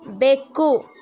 ಬೆಕ್ಕು